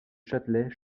châtelet